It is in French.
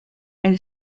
elle